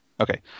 Okay